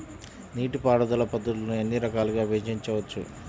నీటిపారుదల పద్ధతులను ఎన్ని రకాలుగా విభజించవచ్చు?